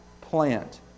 plant